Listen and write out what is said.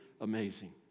amazing